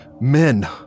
men